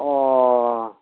ও